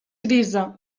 grisa